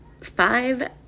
five